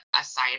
aside